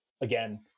again